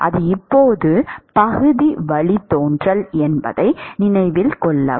அது இப்போது பகுதி வழித்தோன்றல் என்பதை நினைவில் கொள்ளவும்